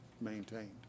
maintained